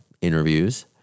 interviews